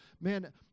Man